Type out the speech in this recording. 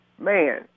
man